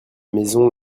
maison